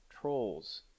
trolls